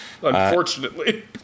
Unfortunately